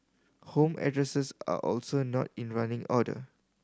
home addresses are also not in running order